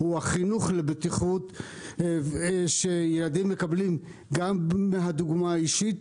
החינוך לבטיחות שילדים מקבלים מהדוגמה האישית